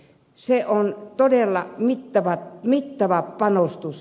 se on todella mittava panostus